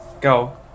go